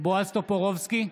בועז טופורובסקי,